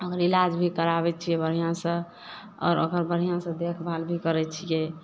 ओकर इलाज भी कराबय छियै बढ़िआँसँ आओर ओकर बढ़िआँसँ देखभाल भी करय छियै